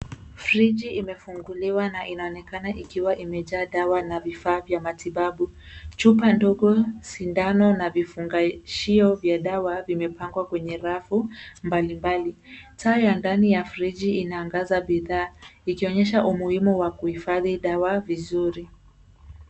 Friji imefunguliwa na inaonekana ikiwa imejaa dawa na vifaa vya matibabu. Chupa ndogo, sindano na vifungashio vya dawa vimepangwa kwenye rafu mbalimbali. Taa ya ndani ya friji inaangaza bidhaa, ikionyesha umuhimu wa kuhifadhi dawa vizuri.